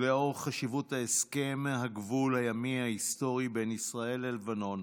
ולאור חשיבות הסכם הגבול הימי ההיסטורי בין ישראל ללבנון,